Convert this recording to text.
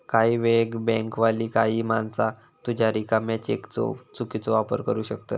काही वेळेक बँकवाली काही माणसा तुझ्या रिकाम्या चेकचो चुकीचो वापर करू शकतत